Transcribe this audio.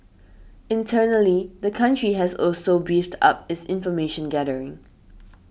internally the country has also beefed up its information gathering